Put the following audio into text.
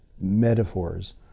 metaphors